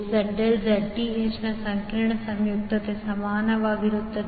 ZL Zth ನ ಸಂಕೀರ್ಣ ಸಂಯುಕ್ತಕ್ಕೆ ಸಮಾನವಾಗಿರುತ್ತದೆ